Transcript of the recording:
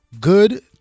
Good